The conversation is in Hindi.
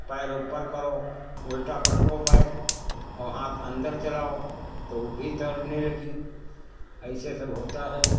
पैर ऊपर करो उल्टा पटको पैर और हाथ अंदर चलाओ तो ऊ भी तैरने लगीं ऐसे सब होता है